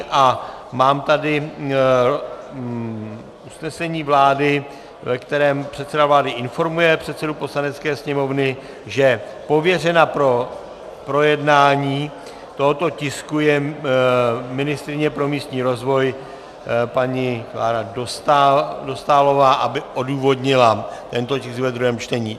A mám tady usnesení vlády, ve kterém předseda vlády informuje předsedu Poslanecké sněmovny, že pověřena pro projednání tohoto tisku je ministryně pro místní rozvoj paní Klára Dostálová, aby odůvodnila tento tisk ve druhém čtení.